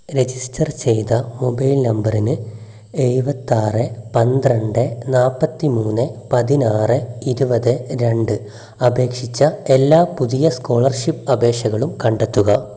register ചെയ്ത mobile നമ്പറിന് എഴുപത്തിയാറ് പന്ത്രണ്ട് നാപ്പത്തിമൂന്ന് പതിനാറ് ഇരുപത് രണ്ട് അപേക്ഷിച്ച എല്ലാ പുതിയ സ്കോളർഷിപ്പ് അപേക്ഷകളും കണ്ടെത്തുക